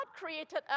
created